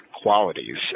qualities